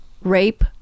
Rape